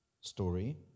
story